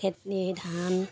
খেতিৰ ধান